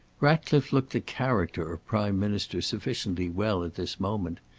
ratcliffe looked the character of prime minister sufficiently well at this moment.